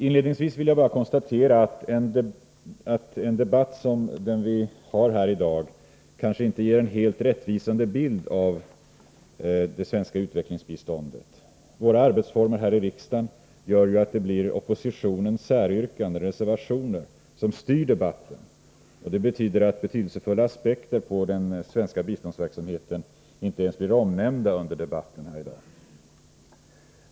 Inledningsvis vill jag bara konstatera att en debatt som den vi för i dag kanske inte ger en helt rättvisande bild av det svenska utvecklingsbiståndet. Våra arbetsformer här i riksdagen gör ju att det blir oppositionens säryrkanden, reservationer, som styr debatten, och det innebär att betydelsefulla aspekter på den svenska biståndsverksamheten inte ens blir omnämnda under debatten i dag.